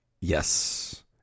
yes